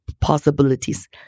possibilities